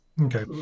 Okay